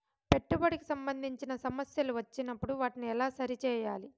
పెట్టుబడికి సంబంధించిన సమస్యలు వచ్చినప్పుడు వాటిని ఎలా సరి చేయాలి?